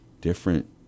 different